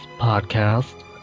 podcast